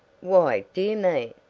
why, dear me,